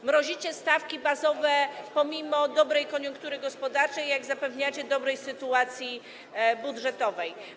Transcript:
Zamrażacie stawki bazowe pomimo dobrej koniunktury gospodarczej i - jak zapewniacie - dobrej sytuacji budżetowej.